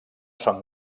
són